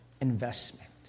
investment